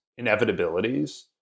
inevitabilities